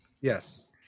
Yes